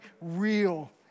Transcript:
real